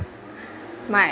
my